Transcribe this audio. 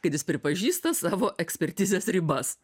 kad jis pripažįsta savo ekspertizės ribas